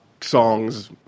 songs